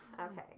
Okay